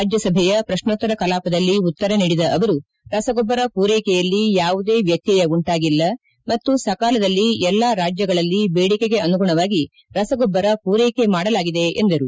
ರಾಜ್ಯಸಭೆಯ ಪ್ರಕ್ನೋತ್ತರ ಕಲಾಪದಲ್ಲಿ ಉತ್ತರ ನೀಡಿದ ಅವರು ರಸಗೊಬ್ಬರ ಪೂರೈಕೆಯಲ್ಲಿ ಯಾವುದೇ ವ್ಯಕ್ತಯ ಉಂಟಾಗಿಲ್ಲ ಮತ್ತು ಸಕಾಲದಲ್ಲಿ ಎಲ್ಲ ರಾಜ್ಯಗಳಲ್ಲಿ ಬೇಡಿಕೆಗೆ ಅನುಗುಣವಾಗಿ ರಸಗೊಬ್ಬರ ಮೂರೈಕೆ ಮಾಡಲಾಗಿದೆ ಎಂದರು